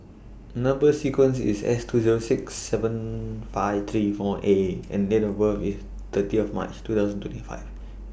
Number sequence IS S two Zero six seven five three four A and Date of birth IS thirty of March two thousand twenty five